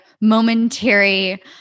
momentary